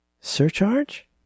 Surcharge